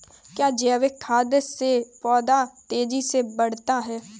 क्या जैविक खाद से पौधा तेजी से बढ़ता है?